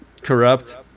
corrupt